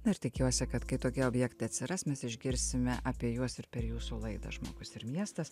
na tikiuosi kad kai tokie objektai atsiras mes išgirsime apie juos ir per jūsų laidą žmogus ir miestas